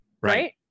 right